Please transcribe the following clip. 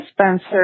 Spencer